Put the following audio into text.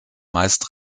meist